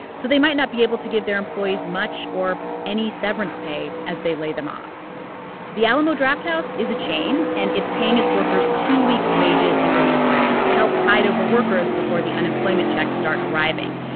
so they might not be able to give their employees much or any severance pay as they lay them off the alamo drafthouse is a chain, and it's paying its workers two weeks' wages in relief money to help tide over workers before the unemployment checks start arriving.